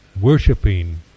worshipping